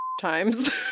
times